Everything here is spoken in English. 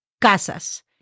casas